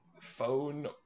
phone